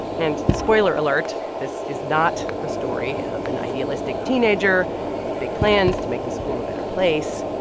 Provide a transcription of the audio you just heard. and spoiler alert this is not the story of an idealistic teenager with big plans to make the school a better place.